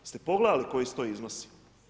Jeste pogledali koji su to iznosi?